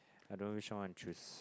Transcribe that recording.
I don't know which one want to choose